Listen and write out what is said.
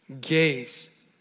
gaze